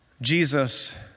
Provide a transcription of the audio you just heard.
Jesus